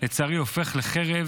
לצערי הופך לחרב